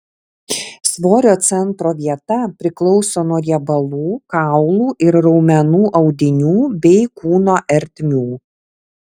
svorio centro vieta priklauso nuo riebalų kaulų ir raumenų audinių bei kūno ertmių